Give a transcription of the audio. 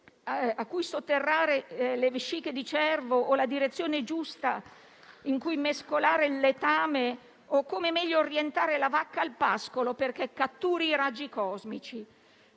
a cui sotterrare le vesciche di cervo, sulla direzione giusta con cui mescolare il letame o su come meglio orientare la vacca al pascolo perché catturi raggi cosmici.